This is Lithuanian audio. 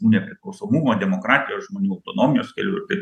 nepriklausomumo demokratijos žmonių autonomijos keliu ir taip